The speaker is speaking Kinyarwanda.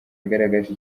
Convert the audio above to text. yagaragaje